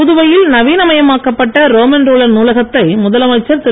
புதுவையில் நவீனமயமாக்கப்பட்ட Romain Rolland நூலகத்தை முதலமைச்சர் திரு